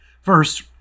First